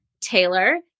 Taylor